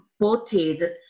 voted